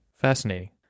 Fascinating